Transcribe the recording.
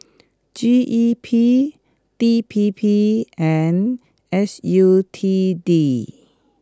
G E P D P P and S U T D